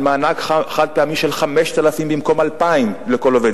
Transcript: על מענק חד-פעמי של 5,000 במקום 2,000 לכל עובד,